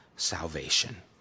salvation